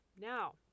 now